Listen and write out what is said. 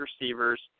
receivers